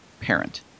parent